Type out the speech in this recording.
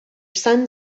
son